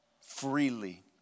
freely